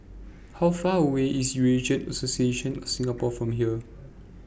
How Far away IS Eurasian Association of Singapore from here